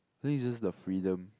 then is just the freedom